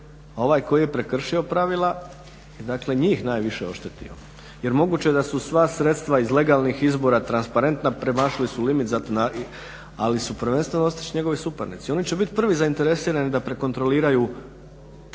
ovaj koji je prekršio pravila je dakle njih najviše oštetio. Jer moguće je da su sva sredstva iz legalnih izbora transparentna, premašili su limit ali su prvenstveno oštećeni njegovi suparnici. Oni će biti prvi zainteresirani da prekontroliraju